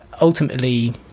ultimately